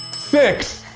six.